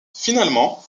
finalement